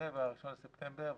ניפגש ב-1 בספטמבר,